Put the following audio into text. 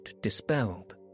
dispelled